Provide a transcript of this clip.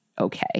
okay